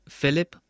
Philip